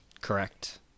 Correct